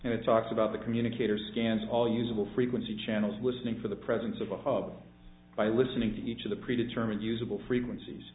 and it sucks about the communicator scans all usable frequency channels listening for the presence of a hub by listening to each of the pre determined usable frequencies